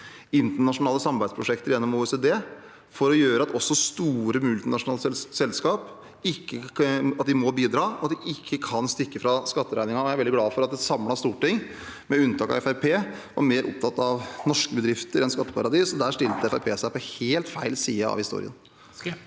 internasjonale samarbeidsprosjekter gjennom OECD for å gjøre at også store multinasjonale selskaper må bidra og ikke kan stikke fra skatteregningen. Jeg er veldig glad for at et samlet storting, med unntak av Fremskrittspartiet, var mer opptatt av norske bedrifter enn av skatteparadiser, og der stilte Fremskrittspartiet seg på helt feil side av historien.